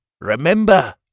Remember